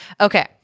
Okay